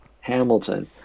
Hamilton